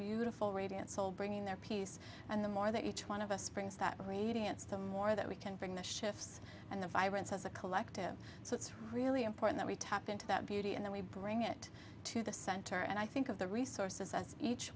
beautiful radiant soul bringing their peace and the more that each one of us brings that radiance the more that we can bring the shifts and the vibrancy as a collective so it's really important that we tap into that beauty and then we bring it to the center and i think of the resources that each